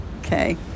okay